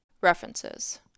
References